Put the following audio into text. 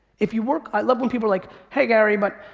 if you work, i love when people are like, hey gary, but,